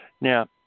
Now